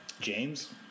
James